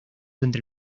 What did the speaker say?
entre